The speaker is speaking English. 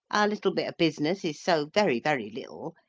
our little bit of business is so very, very little,